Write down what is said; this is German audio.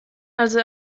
also